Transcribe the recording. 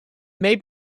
may